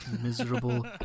miserable